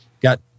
got